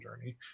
journey